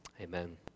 amen